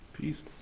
Peace